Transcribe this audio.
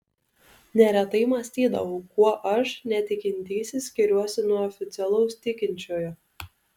neretai mąstydavau kuo aš netikintysis skiriuosi nuo oficialaus tikinčiojo